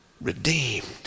redeemed